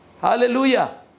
hallelujah